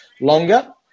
longer